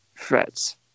threats